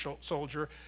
soldier